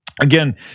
Again